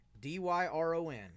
D-Y-R-O-N